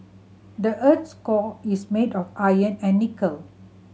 the earth's core is made of iron and nickel